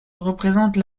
représente